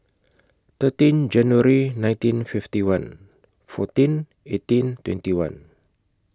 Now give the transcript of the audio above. thirteen January nineteen fifty one fourteen eighteen twenty one